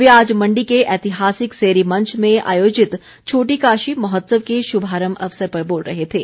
वे आज मंडी के ऐतिहासिक सेरी मंच में आयोजित छोटी काशी महोत्सव के शुभारंभ अवसर पर बोल रहे थे